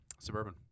Suburban